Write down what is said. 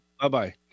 Bye-bye